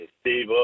Steve